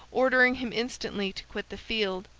ordering him instantly to quit the field.